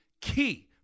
key